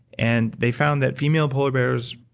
and they found that female polar bears,